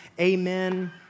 amen